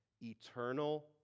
eternal